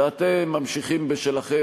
ואתם ממשיכים בשלכם.